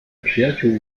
przyjaciół